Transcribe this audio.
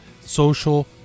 Social